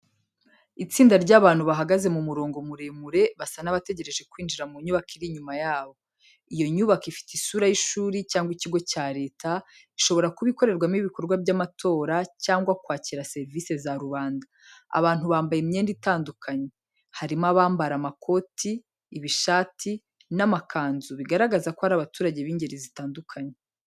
Itsinda ry’abantu bahagaze mu murongo muremure, basa n’abategereje kwinjira mu nyubako iri inyuma yabo. Iyo nyubako ifite isura y’ishuri cyangwa ikigo cya Leta, ishobora kuba ikorerwamo ibikorwa by’amatora cyangwa kwakira serivisi za rubanda. Abantu bambaye imyenda itandukanye, harimo abambara amakoti, ibishati, n’amakanzu, bigaragaza ko ari abaturage b’ingeri zitandukanye.